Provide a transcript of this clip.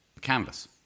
canvas